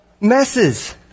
messes